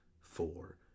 four